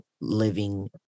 living